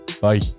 Bye